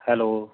hello